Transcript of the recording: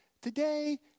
today